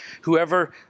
Whoever